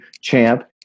champ